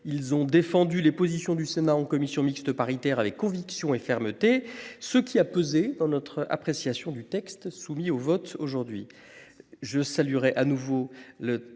ils ont défendu les positions du Sénat en commission mixte paritaire avec conviction et fermeté ce qui a pesé dans notre appréciation du texte soumis au vote aujourd'hui.